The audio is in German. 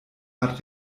art